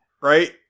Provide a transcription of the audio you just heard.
right